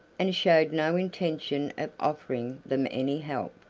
and showed no intention of offering them any help.